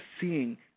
seeing